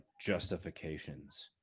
justifications